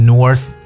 North